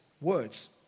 words